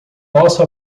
nosso